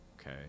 Okay